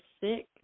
sick